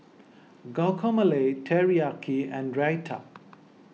Guacamole Teriyaki and Raita